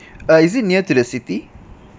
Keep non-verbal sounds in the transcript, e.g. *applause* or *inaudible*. *breath* uh is it near to the city